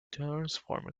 transform